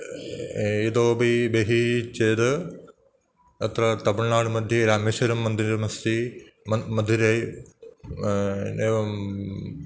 इतोपि बहिः चेत् अत्र तमिळ्नाडु मध्ये रामेश्वरं मन्दिरमस्ति मन् मधुरै एवं